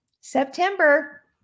september